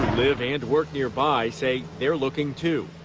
live and work nearby say they're looking too.